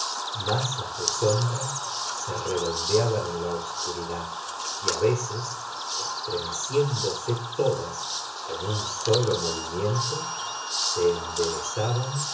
masas de sombra se redondeaban en la obscuridad y veces estremeciendose todas con un solo movimiento se enderezaban